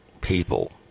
people